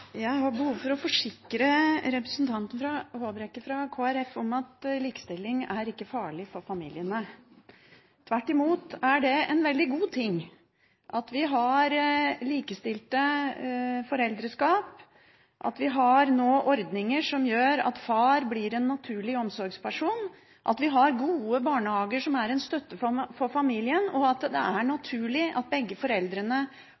Jeg har behov for å forsikre representanten Håbrekke fra Kristelig Folkeparti om at likestilling ikke er farlig for familiene. Tvert imot er det en veldig god ting at vi har likestilte foreldreskap, at vi nå har ordninger som gjør at far blir en naturlig omsorgsperson, at vi har gode barnehager som er en støtte for familien, og at det er